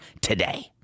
today